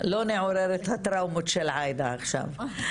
לא נעורר את הטראומות של העדה עכשיו.